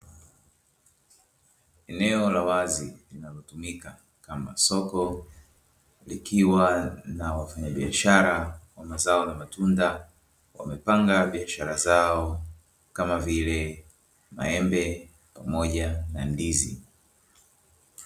Eneo la wazi linalotumika kama soko kukiwa na wafanyabiashara wa mazao na matunda, wamepanga biashara zao kama vile maembe pamoja na ndizi.